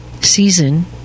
season